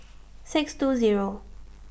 six two Zero